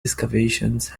excavations